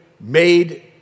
made